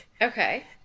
Okay